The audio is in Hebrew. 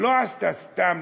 ולא עשה סתם,